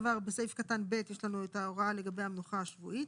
וגמול עבודה במנוחה השבועית